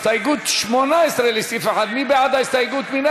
הסתייגות 18 לסעיף 1, מי בעד ההסתייגות?